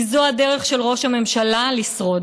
כי זו הדרך של ראש הממשלה לשרוד.